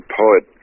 poet